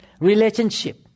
Relationship